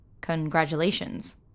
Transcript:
Congratulations